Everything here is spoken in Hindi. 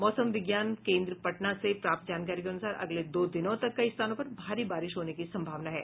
मौसम विज्ञान केन्द्र पटना से प्राप्त जानकारी के अनुसार अगले दो दिनों तक कई स्थानों पर भारी बारिश होने की संभावना है